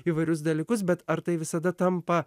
įvairius dalykus bet ar tai visada tampa